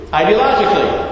ideologically